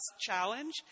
Challenge